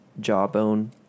jawbone